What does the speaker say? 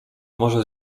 może